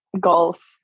golf